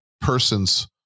person's